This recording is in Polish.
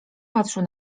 patrzył